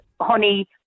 honey